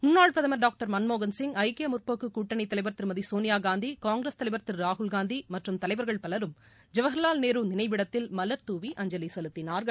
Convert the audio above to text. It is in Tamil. முன்னாள் பிரதமர் டாக்டர் மன்மோகன் சிங் ஐக்கிய முற்போக்கு கூட்டணி தலைவர் திருமதி சோனியா காந்தி காங்கிரஸ் தலைவர் திரு ராகுல்காந்தி மற்றும் தலைவர்கள் பலரும் ஜவஹர்லால் நினைவிடத்தில் மலர்தூவி அஞ்சலி செலுத்தினர்